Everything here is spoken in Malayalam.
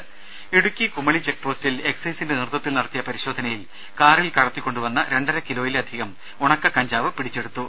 ദരദ ഇടുക്കി കുമളി ചെക്ക്പോസ്റ്റിൽ എക്സൈസിന്റെ നേതൃത്വത്തിൽ നടത്തിയ പരിശോധനയിൽ കാറിൽ കടത്തിക്കൊണ്ടുവന്ന രണ്ടര കിലോയിലധികം ഉണക്ക കഞ്ചാവ് പിടിച്ചെടുത്തു